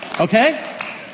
okay